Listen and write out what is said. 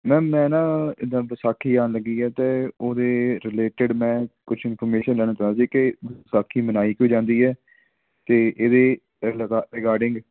ma'am ਮੈਂ ਨਾ ਜਿਦਾਂ ਵਿਸਾਖੀ ਆਉਣ ਲੱਗੀ ਹੈ ਅਤੇ ਉਹਦੇ ਰਿਲੇਟਿਡ ਮੈਂ ਕੁਛ ਇਨਫੋਰਮੇਸ਼ਨ ਲੈਣਾ ਚਾਹੁੰਦਾ ਸੀ ਕਿ ਵਿਸਾਖੀ ਮਨਾਈ ਕਿਉਂ ਜਾਂਦੀ ਹੈ ਅਤੇ ਇਹਦੇ ਅਲ ਰਿਗਾਰਡਿੰਗ